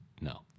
No